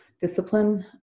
discipline